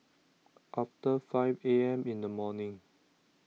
after five A M in the morning